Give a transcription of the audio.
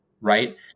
right